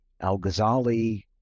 Al-Ghazali